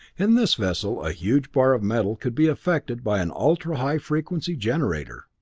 in this vessel a huge bar of metal could be affected by an ultra-high-frequency generator.